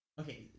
okay